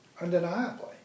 undeniably